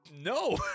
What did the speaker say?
no